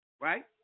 right